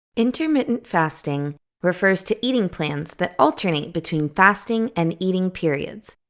intermittent fasting refers to eating plans that alternate between fasting and eating periods.